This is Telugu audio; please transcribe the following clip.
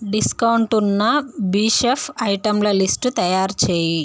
డిస్కౌంట్ ఉన్న బీషెఫ్ ఐటెంల లిస్టు తయారుచెయ్యి